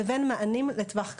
וכן למענים לטווח קרוב.